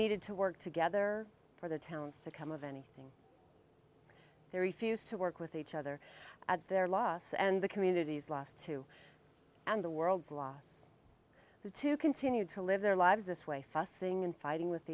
needed to work together for the towns to come of anything they refused to work with each other at their loss and the communities lost to and the world's loss is to continue to live their lives this way fussing and fighting with